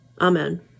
Amen